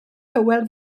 hywel